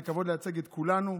זה כבוד לייצג את כולנו,